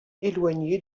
éloignée